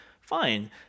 fine